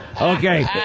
Okay